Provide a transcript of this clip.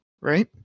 Right